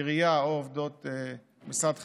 עירייה או עובדות משרד החינוך,